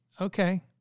okay